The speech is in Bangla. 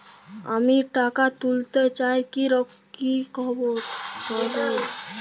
আমি টাকা তুলতে চাই কি করব?